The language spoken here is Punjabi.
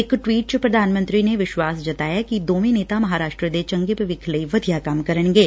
ਇਕ ਟਵੀਟ ਚ ਪ੍ਰਧਾਨ ਮੰਤਰੀ ਨੇ ਵਿਸ਼ਵਾਸ ਜਤਾਇਐ ਕਿ ਦੋਵੇਂ ਨੇਤਾ ਮਹਾਂਰਾਸ਼ਟਰ ਦੇ ਚੰਗੇ ਭਵਿੱਖ ਲਈ ਵਧੀਆ ਕੰਮ ਕਰਨਗੇ